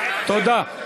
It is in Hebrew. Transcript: תודה.